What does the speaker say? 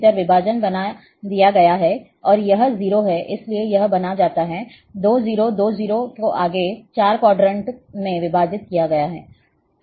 इसके भीतर विभाजन बना दिए गए हैं और यह 0 है इसलिए यह बन जाता है 2 0 अब 2 0 को आगे 4 क्वाड्रंट में विभाजित किया गया है